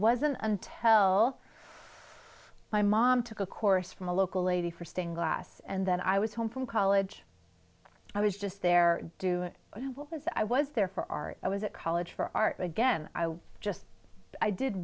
wasn't until my mom took a course from a local lady for stained glass and then i was home from college i was just there to do this i was there for art i was at college for art again i was just i did